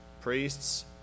priests